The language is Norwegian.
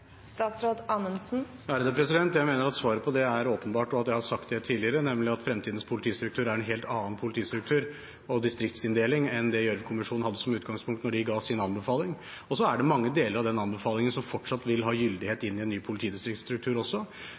Jeg mener at svaret på det er åpenbart, og at jeg har sagt det tidligere, nemlig at fremtidens politistruktur er en helt annen politistruktur og distriktsinndeling enn det Gjørv-kommisjonen hadde som utgangspunkt da de ga sin anbefaling. Det er mange deler av den anbefalingen som fortsatt vil ha gyldighet også i en ny